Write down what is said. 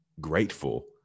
grateful